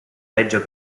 reggio